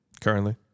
currently